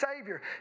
Savior